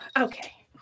Okay